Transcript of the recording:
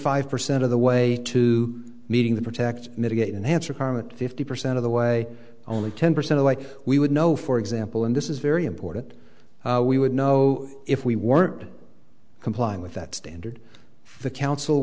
five percent of the way to meeting the protect mitigate an answer permit fifty percent of the way only ten percent of like we would know for example and this is very important we would know if we were complying with that standard for the council